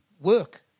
work